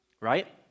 right